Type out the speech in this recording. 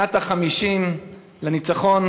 שנת ה-50 לניצחון,